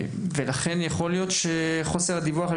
ולכן יכול להיות שחוסר הדיווח על